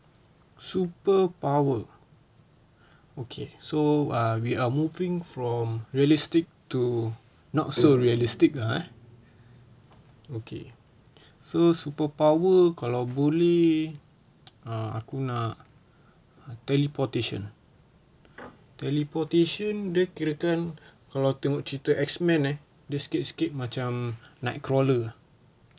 superpower okay so err we are moving from realistic to not so realistic ah okay so superpower kalau boleh aku nak teleportation teleportation kalau tengok cerita X men eh dia sikit-sikit macam night crawler